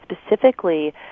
specifically